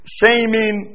shaming